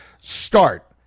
start